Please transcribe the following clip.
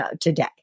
today